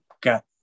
got